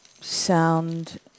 sound